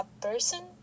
person